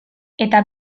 eta